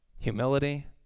humility